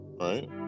right